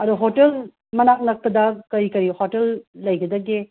ꯑꯗꯣ ꯍꯣꯇꯦꯜ ꯃꯅꯥꯛ ꯅꯛꯄꯗ ꯀꯔꯤ ꯀꯔꯤ ꯍꯣꯇꯦꯜ ꯂꯩꯒꯗꯒꯦ